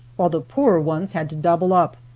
while the poorer ones had to double up,